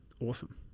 awesome